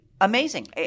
amazing